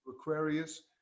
Aquarius